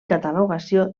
catalogació